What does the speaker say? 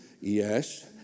yes